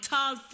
Tall